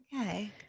Okay